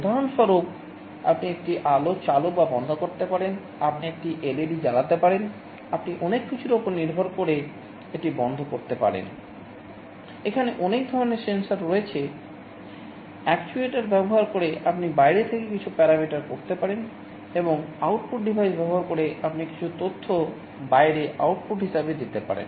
উদাহরণস্বরূপ আপনি একটি আলো চালু বা বন্ধ করতে পারেন আপনি একটি এলইডি ব্যবহার করে আপনি কিছু তথ্য বাইরে আউটপুট হিসাবে দিতে পারেন